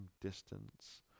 distance